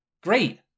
Great